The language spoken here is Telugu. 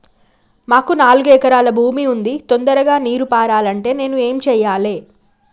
మాకు నాలుగు ఎకరాల భూమి ఉంది, తొందరగా నీరు పారాలంటే నేను ఏం చెయ్యాలే?